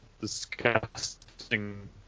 disgusting